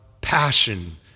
passion